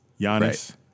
Giannis